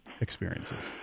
experiences